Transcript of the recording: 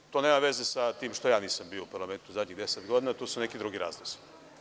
To zaista nema veze sa tim što ja nisam bio u parlamentu zadnjih desetak godina, to su neki drugi razlozi.